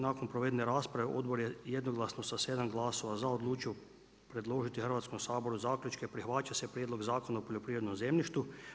Nakon provedene rasprave, odbor je jednoglasno sa 7 glasova za odlučio preložiti Hrvatskom saboru zaključke, prihvaća se prijedlog zakona o poljoprivrednom zemljištu.